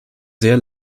sehr